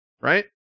Right